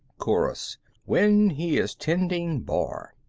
chorus when he is tending bar.